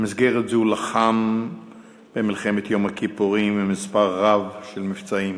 במסגרת זו הוא לחם במלחמת יום הכיפורים במספר רב של מבצעים.